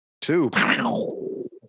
Two